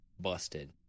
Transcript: busted